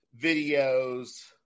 videos